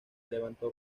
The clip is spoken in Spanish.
levantó